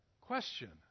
Question